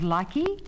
Lucky